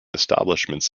establishments